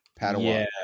Padawan